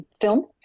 film